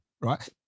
Right